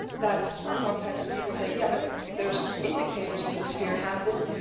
that sometimes people say, yeah, but there's indicators in the sphere handbook,